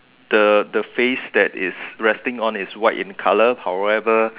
the the face that is resting on is white in colour however